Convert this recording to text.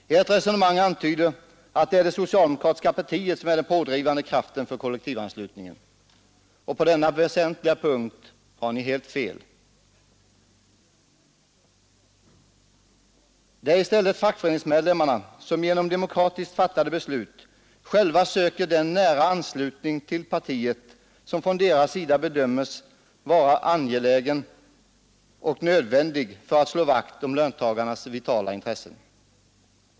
Ert resonemang antyder att det är det socialdemokratiska partiet som är den pådrivande kraften när det gäller kollektivanslutning, och på denna väsentliga punkt har ni helt fel. Det är i stället fackförenings nära anslutning till partiet som från deras sida bedöms vara angelägen och ändig för att man skall kunna slå vakt om löntagarnas vitala intressen.